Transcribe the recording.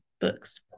books